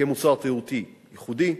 כמוצר תיירותי ייחודי,